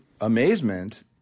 amazement